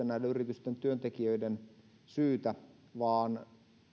näiden yritysten työntekijöiden syytä vaan